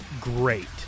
great